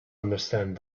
understand